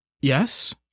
Yes